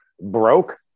Broke